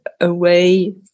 away